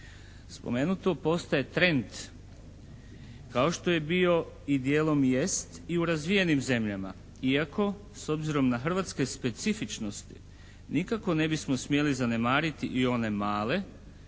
Spomenuto postaje trend kao što je bio i dijelom jest i u razvijenim zemljama iako s obzirom na hrvatske specifičnosti nikako ne bismo smjeli zanemariti i one male